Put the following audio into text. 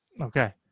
okay